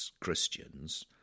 Christians